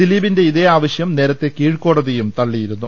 ദിലീപിന്റെ ഇതേ ആവശ്യം നേരത്തെ കീഴ്ക്കോടതിയും തള്ളിയിരുന്നു